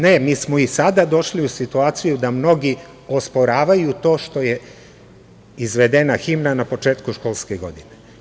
Ne, mi smo i sada došli u situaciju da mnogi osporavaju to što je izvedena himna na početku školske godine.